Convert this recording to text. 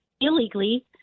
illegally